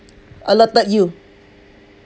alerted you